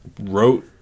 wrote